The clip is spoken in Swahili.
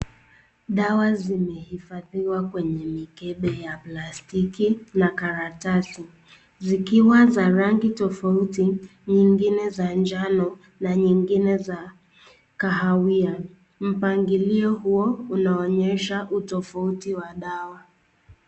Dawa zimeifadhiwa kwenye mikebe ya plastiki ya karatasi. Zikiwa za rangi tofauti, nyingine za njano na nyingine za kahawia. Mpangilio huo unaonyesha utofauti wa dawa.